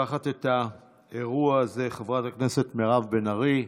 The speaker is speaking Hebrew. פותחת את האירוע הזה חברת הכנסת מירב בן ארי,